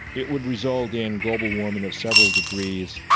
it would result in global warming of several degrees,